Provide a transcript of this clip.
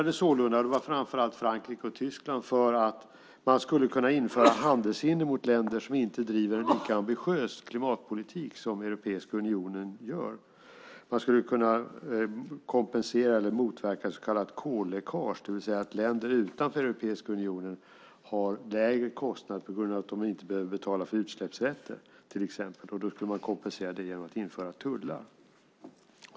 Det var framför allt Frankrike och Tyskland som öppnade för att man skulle kunna införa handelshinder mot länder som inte driver en lika ambitiös klimatpolitik som Europeiska unionen gör. Man skulle kunna motverka så kallat kolläckage, det vill säga att länder utanför Europeiska unionen har lägre kostnader på grund av att de inte behöver betala för utsläppsrätter. Man skulle kompensera det genom att införa tullar.